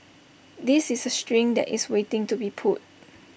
this is A string that is waiting to be pulled